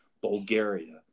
Bulgaria